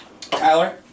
Tyler